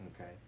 Okay